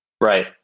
Right